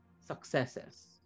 successes